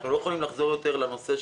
אנחנו לא יכולים לחזור יותר לבירוקרטיה.